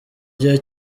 gihe